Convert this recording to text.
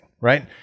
right